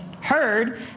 heard